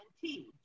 teach